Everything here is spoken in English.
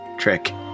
trick